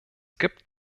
gibt